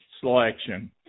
selection